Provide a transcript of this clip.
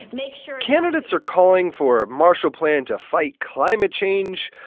make sure. candidates are calling for a marshall plan to fight climate change,